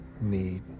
need